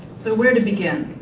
so, where to begin?